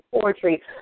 poetry